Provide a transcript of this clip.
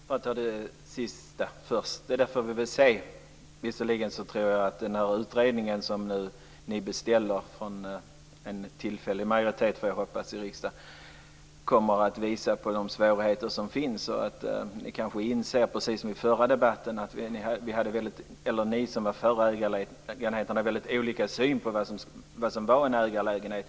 Fru talman! Jag tar det sista först. Vi får väl se. Visserligen tror jag att den utredning en tillfällig majoritet i riksdagen skall beställa kommer att visa på de svårigheter som finns. Ni kanske inser, precis som i förra debatten, att ni som är för ägarlägenheter har olika syn på vad som är en ägarlägenhet.